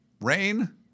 rain